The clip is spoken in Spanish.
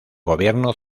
gobierno